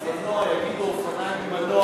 לאופנוע יגידו אופניים עם מנוע,